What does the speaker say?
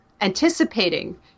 anticipating